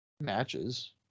matches